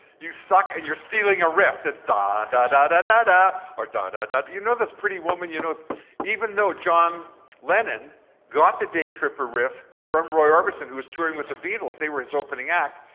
you suck and you're stealing a riff that, da da dah, da da ah daa, or da da da da, you know those pretty woman you know even though john lennon got the day tripper riff from roy ophison who was touring with the beatles, they were his opening act,